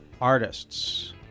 artists